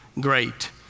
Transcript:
great